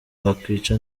wakwica